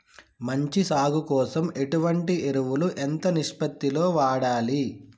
మంచి సాగు కోసం ఎటువంటి ఎరువులు ఎంత నిష్పత్తి లో వాడాలి?